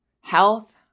health